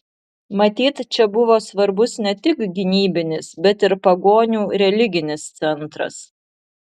matyt čia buvo svarbus ne tik gynybinis bet ir pagonių religinis centras